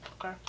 Okay